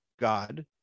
God